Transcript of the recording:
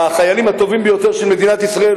החיילים הטובים ביותר של מדינת ישראל,